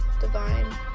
divine